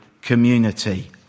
community